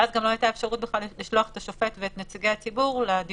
ואז גם לא היתה אפשרות בכלל לשלוח את השופט ואת נציגי הציבור לדיונים